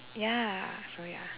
ya that's why ah